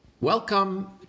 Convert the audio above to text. Welcome